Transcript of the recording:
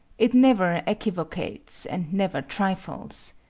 it never equivocates, and never trifles.